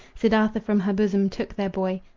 siddartha from her bosom took their boy,